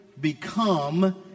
become